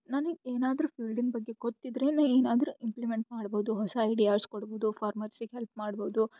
ನನಗ್ ಏನಾದರು ಫೀಲ್ಡಿನ ಬಗ್ಗೆ ಗೊತ್ತಿದ್ರೇ ಏನಾದರು ಇಂಪ್ಲಿಮೆಂಟ್ ಮಾಡ್ಬೋದು ಹೊಸ ಐಡಿಯಾಸ್ ಕೊಡ್ಬೋದು ಫಾರ್ಮರ್ಸಿಗೆ ಹೆಲ್ಪ್ ಮಾಡ್ಬೋದು